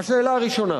השאלה הראשונה: